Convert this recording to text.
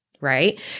right